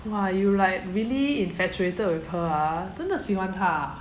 !wah! you like really infatuated with her ah 真的喜欢她 ah